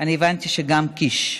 ואני הבנתי שגם קיש.